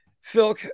Phil